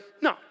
No